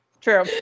True